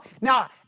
Now